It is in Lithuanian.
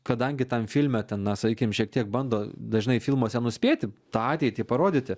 kadangi tam filme ten na sakykim šiek tiek bando dažnai filmuose nuspėti ateitį parodyti